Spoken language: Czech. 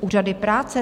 Úřady práce?